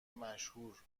مشهور